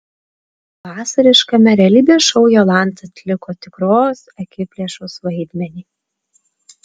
vasariškame realybės šou jolanta atliko tikros akiplėšos vaidmenį